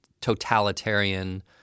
totalitarian